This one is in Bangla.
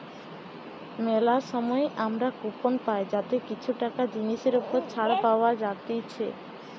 মেলা সময় আমরা কুপন পাই যাতে কিছু টাকা জিনিসের ওপর ছাড় পাওয়া যাতিছে